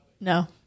No